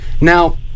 Now